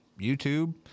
YouTube